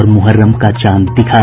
और मुहर्रम का चांद दिखा